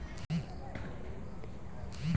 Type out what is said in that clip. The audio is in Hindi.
आलू की फसल का भंडारण कितने समय तक किया जा सकता है?